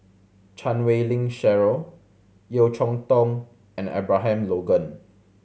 Chan Wei Ling Cheryl Yeo Cheow Tong and Abraham Logan